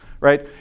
right